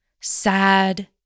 sad